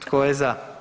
Tko je za?